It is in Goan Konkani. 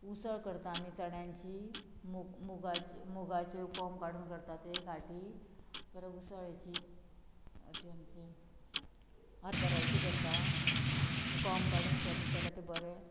उसळ करता आमी चण्याची मुगाचे मुगाच्यो कोम काडून करता ते गाटी परत उसळ्याची आमचे हरबऱ्याची करता कोम काडून करत जाल्यार ते बरे